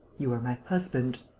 you are my husband.